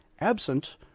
absent